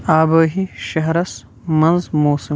آبٲیی شہرس منٛز موسم